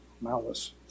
malice